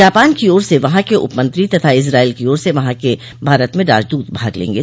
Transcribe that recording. Japan की ओर से वहां के उपमंत्री तथा इजराइल की ओर से वहां के भारत में राजूदत भाग लेंगे